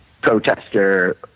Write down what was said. Protester